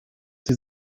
sie